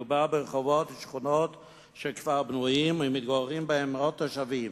מדובר ברחובות ושכונות שכבר בנויים ומתגוררים בהם מאות תושבים,